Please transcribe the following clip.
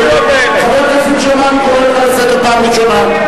חבר הכנסת שאמה, אני קורא אותך לסדר פעם ראשונה.